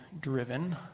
driven